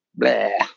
bleh